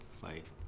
fight